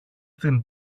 στην